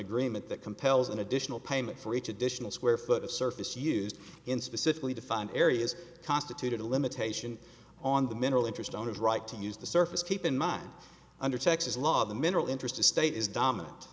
agreement that compels an additional payment for each additional square foot of surface use in specifically defined areas constituted a limitation on the mineral interest owners right to use the surface keep in mind under texas law the mineral interest estate is dominant